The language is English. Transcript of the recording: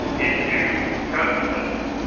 into consequences.